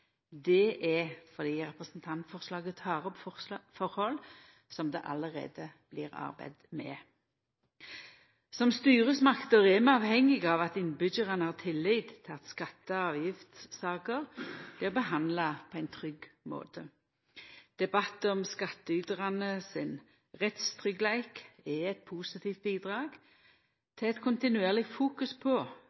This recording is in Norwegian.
Det er fordi representantforslaget tek opp forhold som det allereie blir arbeidd med. Som styresmakter er vi avhengige av at innbyggjarane har tillit til at skatte- og avgiftssaker blir behandla på ein trygg måte. Debatt om skattytarane sin rettstryggleik er eit positivt bidrag til ei kontinuerleg fokusering på